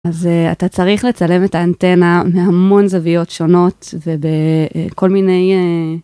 אז אתה צריך לצלם את האנטנה מהמון זוויות שונות ובכל מיני.